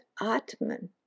Atman